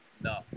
No